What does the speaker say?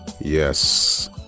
Yes